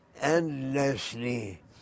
endlessly